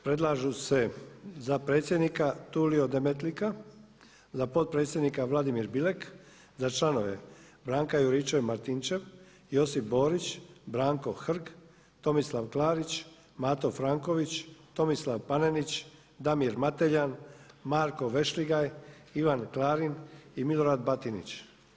Predlažu se za predsjednika Tulio Demetlika, za potpredsjednika Vladimir Bilek, za članove Branka Juričev-Martinčev, Josip Borić, Branko Hrg, Tomislav Klarić, Mato Franković, Tomislav Panenić, Damir Mateljan, Marko Vešligaj, Ivan Klarin i Milorad Batinić.